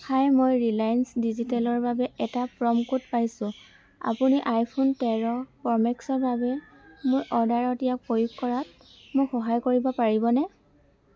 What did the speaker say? হাই মই ৰিলায়েন্স ডিজিটেলৰ বাবে এটা প্ৰম' কোড পাইছোঁ আপুনি আইফোন তেৰ প্ৰ' মেক্সৰ বাবে মোৰ অৰ্ডাৰত ইয়াক প্ৰয়োগ কৰাত মোক সহায় কৰিব পাৰিবনে